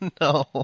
no